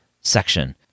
section